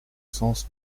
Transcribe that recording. sens